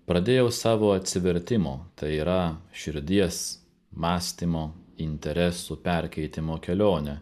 pradėjau savo atsivertimo tai yra širdies mąstymo interesų perkeitimo kelionę